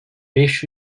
beş